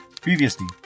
Previously